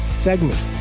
segment